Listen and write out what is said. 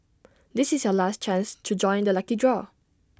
this is your last chance to join the lucky draw